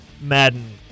Madden